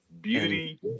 beauty